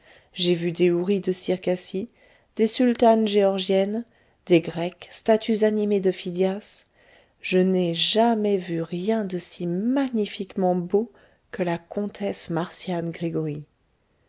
j'ai vu des houris de circassie des sultanes géorgiennes des grecques statues animées de phidias je n'ai jamais vu rien de si magnifiquement beau que la comtesse marcian gregoryi